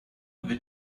wird